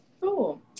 Cool